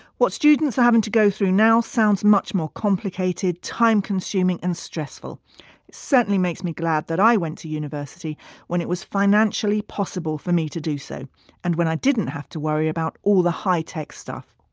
what students are having to go through now sounds much more complicated, time consuming and stressful. it certainly makes me glad that i went to university when it was financially possible for me to do so and when i didn't have to worry about all the high-tech stuff.